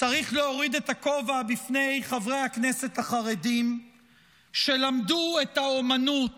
צריך להוריד את הכובע בפני חברי הכנסת החרדים שלמדו את האומנות